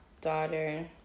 daughter